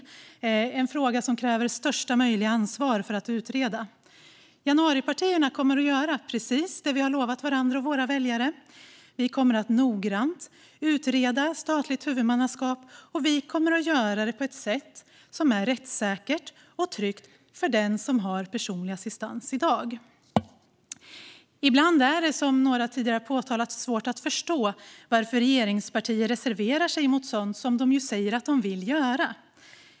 Det är en fråga som kräver största möjliga ansvar att utreda. Januaripartierna kommer att göra precis det som vi har lovat varandra och våra väljare. Vi kommer noggrant att utreda ett statligt huvudmannaskap, och vi kommer att göra det på ett sätt som är rättssäkert och tryggt för dem som har personlig assistans i dag. Ibland är det, som några tidigare har sagt, svårt att förestå varför regeringspartier reserverar sig mot sådant som de säger att de vill göra.